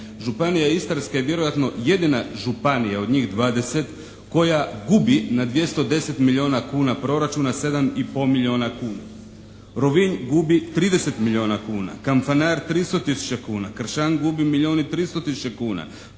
županija Istarska je vjerojatno jedina županija od njih 20 koja gubi na 210 milijuna proračuna 7 i pol milijuna kuna. Rovinj gubi 30 milijuna kuna. Kanfanar 300 tisuća kuna. Kršan gubi milijun i 300 tisuća kuna.